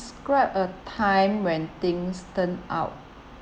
describe a time when things turn out